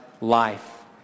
life